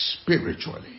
spiritually